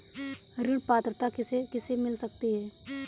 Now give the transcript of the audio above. ऋण पात्रता किसे किसे मिल सकती है?